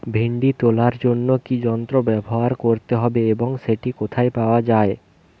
ভিন্ডি তোলার জন্য কি যন্ত্র ব্যবহার করতে হবে এবং সেটি কোথায় পাওয়া যায়?